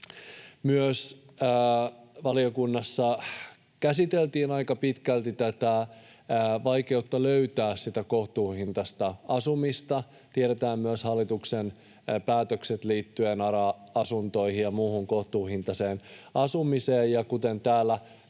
Valiokunnassa käsiteltiin aika pitkälti myös vaikeutta löytää kohtuuhintaista asumista. Tiedetään myös hallituksen päätökset liittyen ARA-asuntoihin ja muuhun kohtuuhintaiseen asumiseen,